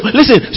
listen